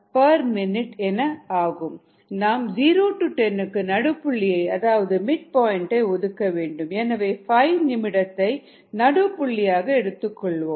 85mM நாம் 0 10 க்கு நடுபுள்ளியை அதாவது மிட் பாயிண்ட் ஒதுக்க வேண்டும் எனவே 5 நிமிடத்தை நடு புள்ளியாக கொள்வோம்